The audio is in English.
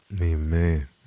Amen